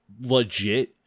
legit